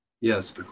yes